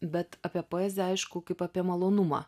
bet apie poeziją aišku kaip apie malonumą